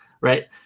right